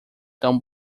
tão